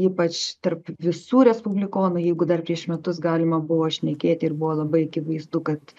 ypač tarp visų respublikonų jeigu dar prieš metus galima buvo šnekėti ir buvo labai akivaizdu kad